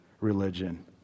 religion